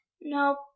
Nope